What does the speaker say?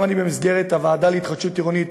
גם אני במסגרת הוועדה להתחדשות עירונית